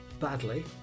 badly